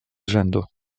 rzędu